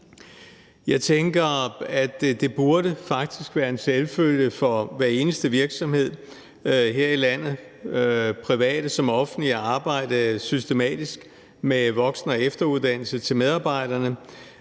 Jeg tænker, at det faktisk burde være en selvfølge for hver eneste virksomhed her i landet, private som offentlige, at arbejde systematisk med voksen- og efteruddannelse til medarbejderne